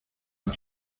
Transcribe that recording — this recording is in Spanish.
las